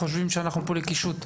משרדי הממשלה חושבים שאנחנו פה לקישוט.